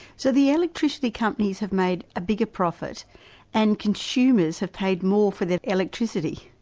so the electricity companies have made a bigger profit and consumers have paid more for their electricity?